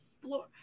floor